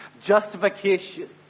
Justification